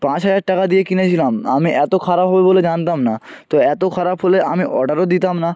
পাঁচ হাজার টাকা দিয়ে কিনেছিলাম আমি এত খারাপ হবে বলে জানতাম না তো এত খারাপ হলে আমি অর্ডারও দিতাম না